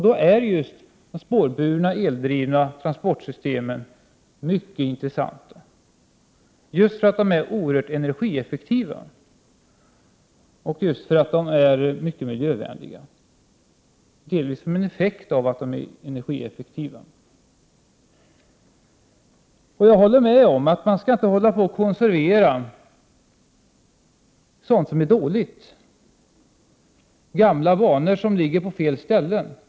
Då är det spårbundna, eldrivna trafiksystemet mycket intressant just därför att det är oerhört energieffektivt och, delvis till följd av att det är energieffektivt, mycket miljövänligt. Jag håller med om att vi inte skall konservera sådant som är dåligt, som gamla banor som ligger på fel ställen.